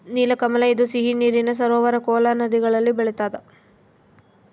ನೀಲಕಮಲ ಇದು ಸಿಹಿ ನೀರಿನ ಸರೋವರ ಕೋಲಾ ನದಿಗಳಲ್ಲಿ ಬೆಳಿತಾದ